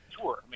Tour